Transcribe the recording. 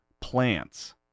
plants